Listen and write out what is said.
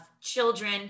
children